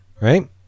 right